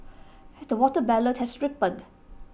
the watermelon has ripened